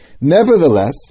Nevertheless